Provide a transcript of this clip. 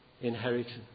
Inheritance